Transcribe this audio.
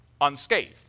unscathed